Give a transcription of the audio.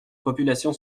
populations